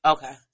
Okay